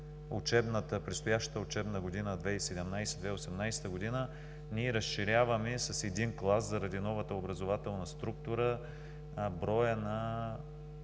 Считано от предстоящата учебна 2017/2018 г., ние разширяваме с един клас, заради новата образователна структура, броя на